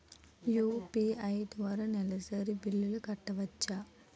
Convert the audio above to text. UPI ద్వారా నెలసరి బిల్లులు కట్టవచ్చా?